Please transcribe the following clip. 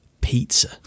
pizza